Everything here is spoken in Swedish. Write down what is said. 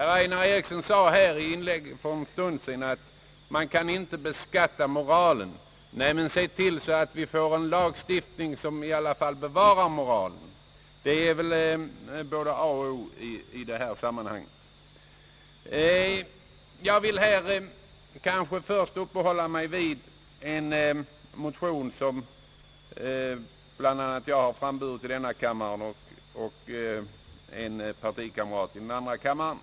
Herr Einar Eriksson sade i inlägget för en stund sedan, att man »inte kan beskatta moralen». Men se då till att vi får en lagstiftning som i alla fall bevarar moralen! Det är väl både A och O i sådana sammanhang. Först vill jag uppehålla mig vid en motion, som jag varit med om att framlägga i denna kammare och en partikamrat i andra kammaren.